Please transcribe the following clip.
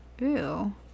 Ew